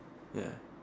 ya